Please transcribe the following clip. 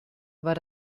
war